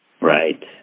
Right